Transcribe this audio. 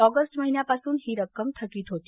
August महिन्यापासून ही रक्कम थकीत होती